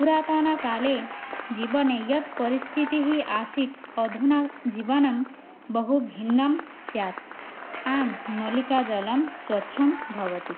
पुरातनकाले जीवने यत् परिस्थितिः आसीत् अधुना जीवनं बहु भिन्नं स्यात् आम् नलिकाजलं स्वच्छं भवति